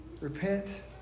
Repent